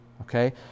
okay